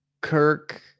Kirk